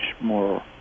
more